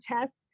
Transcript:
tests